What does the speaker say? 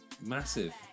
massive